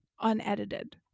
unedited